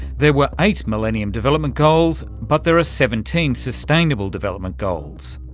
there were eight millennium development goals, but there are seventeen sustainable development goals.